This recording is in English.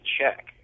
check